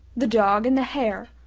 the dog and the hare,